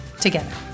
together